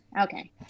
okay